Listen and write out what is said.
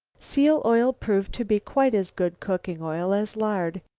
seal oil proved to be quite as good cooking oil as lard.